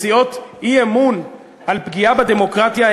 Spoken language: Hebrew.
מציעות אי-אמון על פגיעה בדמוקרטיה,